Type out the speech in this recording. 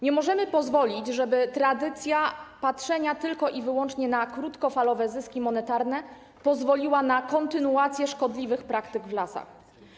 Nie możemy pozwolić, żeby tradycja patrzenia wyłącznie na krótkofalowe zyski monetarne pozwoliła na kontynuację szkodliwych praktyk w lasach.